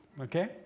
okay